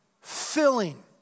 filling